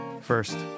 first